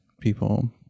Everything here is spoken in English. people